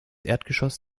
erdgeschoss